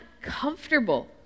comfortable